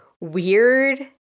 weird